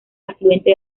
afluente